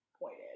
pointed